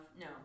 no